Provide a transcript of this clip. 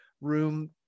room